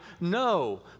No